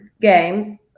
games